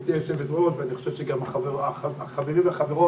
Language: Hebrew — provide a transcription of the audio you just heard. גברתי היושבת-ראש, אני חושב שגם החברים והחברות